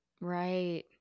right